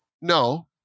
no